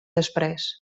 després